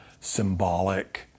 symbolic